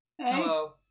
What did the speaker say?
Hello